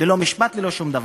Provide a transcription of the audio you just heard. ללא משפט, ללא שום דבר,